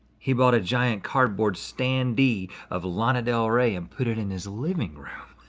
he bought a giant cardboard standee of lana del rey and put it in his living room.